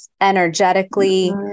energetically